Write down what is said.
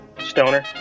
Stoner